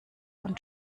von